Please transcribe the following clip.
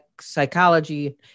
psychology